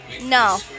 No